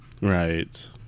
Right